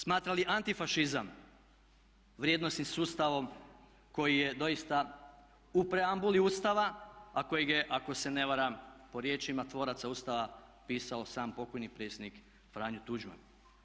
Smatra li antifašizam vrijednosnim sustavom koji je doista u preambuli Ustava a kojeg je ako se ne varam po riječima tvoraca Ustava pisao sam pokojni predsjednik Franjo Tuđman.